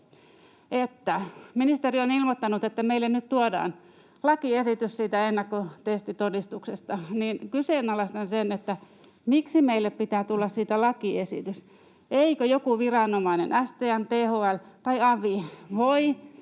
ministeri on ilmoittanut, että meille nyt tuodaan lakiesitys siitä ennakkotestitodistuksesta. Kyseenalaistan sen, miksi meille pitää tulla siitä lakiesitys. Eikö joku viranomainen, STM, THL tai avi, voi